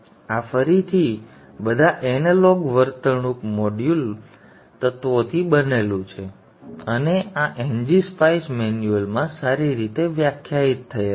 આ ફરીથી બધા એનાલોગ વર્તણૂક મોડ્યુલ તત્વોથી બનેલું છે અને આ ngSpice મેન્યુઅલ માં સારી રીતે વ્યાખ્યાયિત થયેલ છે